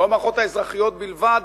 לא המערכות האזרחיות בלבד,